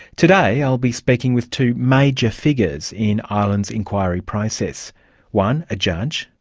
today i'll be speaking with two major figures in ireland's inquiry process one a judge,